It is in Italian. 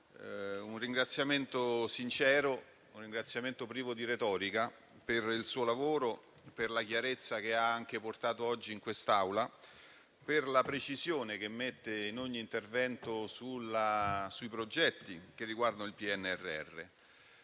un ringraziamento sincero e privo di retorica per il suo lavoro, per la chiarezza che ha portato anche oggi in quest'Aula, per la precisione che mette in ogni intervento sui progetti che riguardano il PNRR,